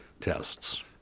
tests